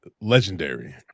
legendary